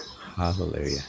hallelujah